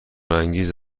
انگیز